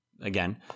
Again